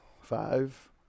Five